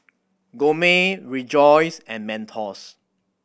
Gourmet Rejoice and Mentos